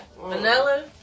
Vanilla